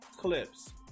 clips